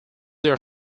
their